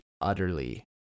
utterly